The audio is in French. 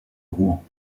rouen